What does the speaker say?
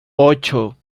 ocho